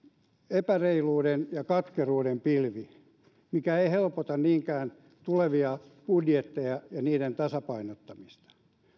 epäreiluuden ja katkeruuden pilvi mikä ei helpota niinkään tulevia budjetteja ja niiden tasapainottamista